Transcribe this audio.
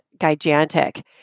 gigantic